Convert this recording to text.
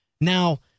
Now